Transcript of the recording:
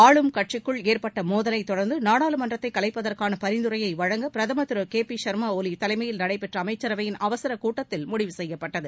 ஆளும் கட்சிக்குள் ஏற்பட்ட மோதலை தொடர்ந்து நாடாளுமன்றத்தை கலைப்பதற்கான பரிந்துரையை வழங்க பிரதமர் திரு கே பி சர்மா ஒலி தலைமையில் நடைபெற்ற அமைச்சரவையின் அவசர கூட்டத்தில் முடிவு செய்யப்பட்டது